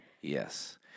Yes